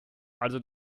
also